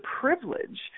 privilege